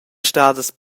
stadas